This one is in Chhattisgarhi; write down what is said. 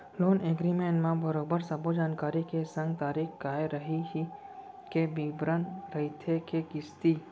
लोन एगरिमेंट म बरोबर सब्बो जानकारी के संग तारीख काय रइही के बिबरन रहिथे के किस्ती